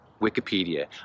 Wikipedia